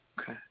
Okay